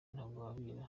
ntagwabira